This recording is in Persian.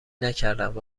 نکردند